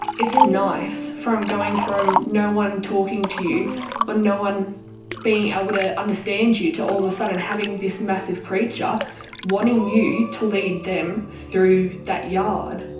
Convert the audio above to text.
it's nice from going from no one talking to you or no one being able to understand you, to all of a sudden having this massive creature wanting you to lead them through that yard.